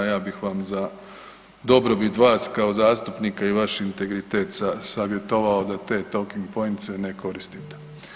Ja bih vam za dobrobit vas kao zastupnika i vaš integritet savjetovao da te toking poince ne koristite.